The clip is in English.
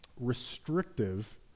restrictive